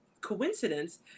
coincidence